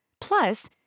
Plus